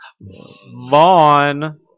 Vaughn